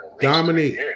Dominate